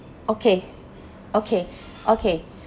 okay okay okay